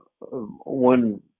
one